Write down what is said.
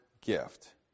gift